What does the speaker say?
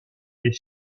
les